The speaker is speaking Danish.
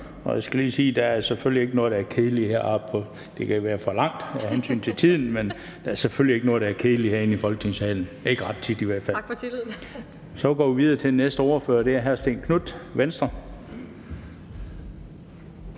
Og jeg vil lige sige, at der selvfølgelig ikke er noget, der er kedeligt heroppe. Det kan være for langt, i forhold til taletiden, men der er selvfølgelig ikke noget, der er kedeligt herinde i Folketingssalen – ikke ret tit i hvert fald. Så går vi videre til den næste ordfører, og det er hr. Stén Knuth, Venstre.